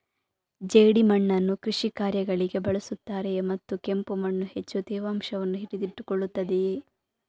ಜೇಡಿಮಣ್ಣನ್ನು ಕೃಷಿ ಕಾರ್ಯಗಳಿಗೆ ಬಳಸುತ್ತಾರೆಯೇ ಮತ್ತು ಕೆಂಪು ಮಣ್ಣು ಹೆಚ್ಚು ತೇವಾಂಶವನ್ನು ಹಿಡಿದಿಟ್ಟುಕೊಳ್ಳುತ್ತದೆಯೇ?